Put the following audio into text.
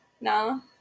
No